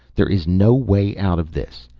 there is no way out of this.